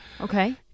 Okay